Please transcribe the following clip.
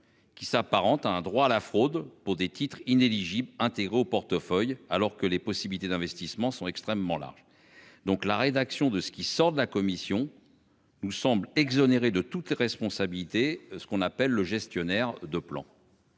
Qui s'apparente à un droit à la fraude pour des titres inéligible interro portefeuille alors que les possibilités d'investissement sont extrêmement larges. Donc la rédaction de ce qui sort de la Commission nous semble exonérer de toute responsabilité. Ce qu'on appelle le gestionnaire de plan.